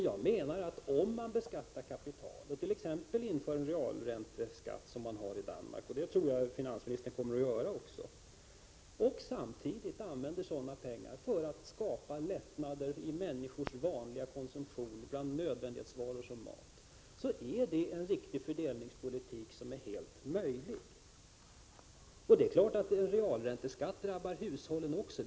Jag menar att om man beskattar kapital, t.ex. inför en realränteskatt som man har i Danmark, något som jag tror att finansministern också kommer att göra, och använder sådana pengar för att skapa lättnader i fråga om människors vanliga konsumtion av nödvändighetsvaror som mat, är det en riktig fördelningspolitik som är helt möjlig. Det är klart att en realränteskatt drabbar hushållen också.